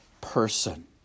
person